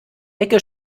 ecke